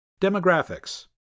Demographics